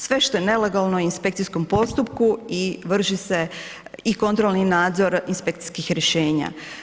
Sve što je nelegalno inspekcijskom postupku i vrši se i kontrolni nadzor inspekcijskih rješenja.